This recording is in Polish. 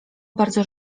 bardzo